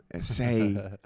Say